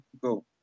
go